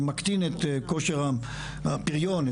מקטין את כושר הפריון,